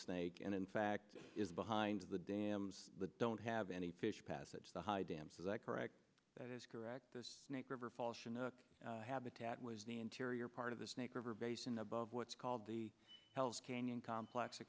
snake and in fact is behind of the dams that don't have any fish passage the high dam so that correct that is correct this snake river politian the habitat was the interior part of the snake river basin above what's called the hells canyon complex